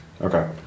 Okay